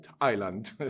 island